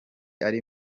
ari